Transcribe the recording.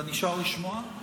אתה נשאר לשמוע?